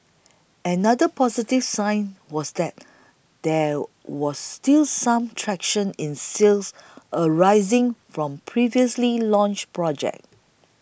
another positive sign was that there was still some traction in sales arising from previously launched projects